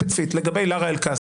ספציפית לגבי לארה אל-קאסם,